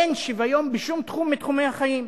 אין שוויון בשום תחום מתחומי החיים.